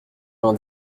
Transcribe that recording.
vingt